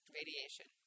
radiation